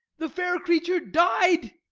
the fair creature died